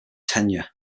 tenure